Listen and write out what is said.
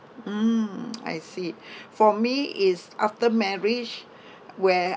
mm I see for me is after marriage where